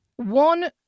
one